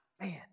Man